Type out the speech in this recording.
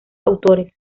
autores